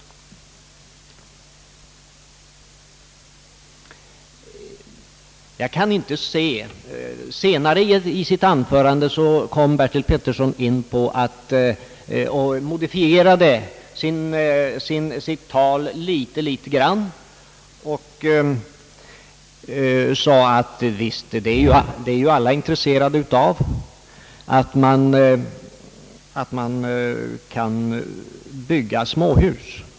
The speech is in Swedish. Senare i sitt anförande modifierade herr Bertil Pettersson sitt tal och sade, att visst är alla intresserade av att man kan bygga småhus.